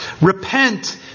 Repent